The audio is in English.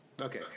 Okay